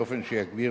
באופן שיגביר